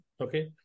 Okay